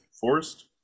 forest